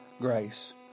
grace